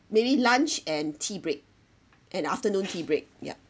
maybe lunch and tea break and afternoon tea break yup